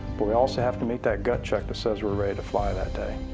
but we also have to meet that gut check that says we're ready to fly that day.